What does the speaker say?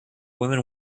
women